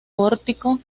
pórtico